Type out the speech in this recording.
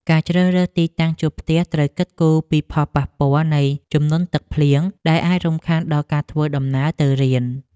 ការជ្រើសរើសទីតាំងជួលផ្ទះត្រូវគិតគូរពីផលប៉ះពាល់នៃជំនន់ទឹកភ្លៀងដែលអាចរំខានដល់ការធ្វើដំណើរទៅរៀន។